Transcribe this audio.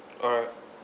alright